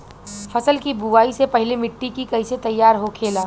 फसल की बुवाई से पहले मिट्टी की कैसे तैयार होखेला?